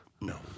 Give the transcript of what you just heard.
No